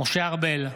משה ארבל,